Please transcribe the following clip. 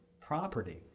property